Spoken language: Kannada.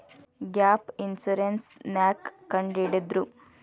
ಗ್ಯಾಪ್ ಇನ್ಸುರೆನ್ಸ್ ನ್ಯಾಕ್ ಕಂಢಿಡ್ದ್ರು?